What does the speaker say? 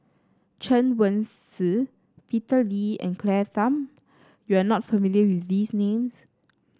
Chen Wen Hsi Peter Lee and Claire Tham you are not familiar with these names